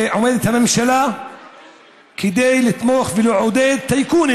עומדת הממשלה כדי לתמוך ולעודד טייקונים